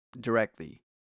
directly